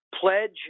Pledge